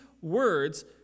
words